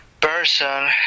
person